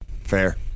Fair